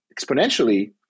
exponentially